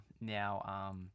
now